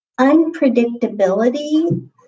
Unpredictability